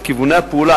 את כיווני הפעולה,